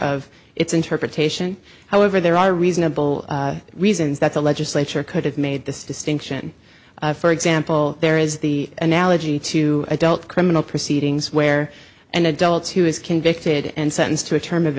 of its interpretation however there are reasonable reasons that the legislature could have made this distinction for example there is the analogy to adult criminal proceedings where an adults who is convicted and sentenced to a term of